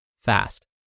fast